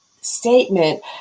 statement